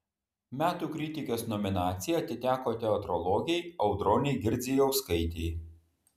metų kritikės nominacija atiteko teatrologei audronei girdzijauskaitei